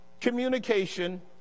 communication